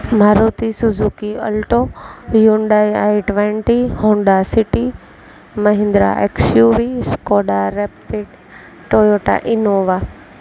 Maruti Suzuki alto Hyundai I twenty Honda city Mahindra XUV Skoda rapid Toyota Innova